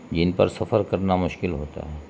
جن پر سفر کرنا مشکل ہوتا ہے